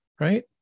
Right